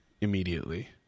immediately